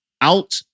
out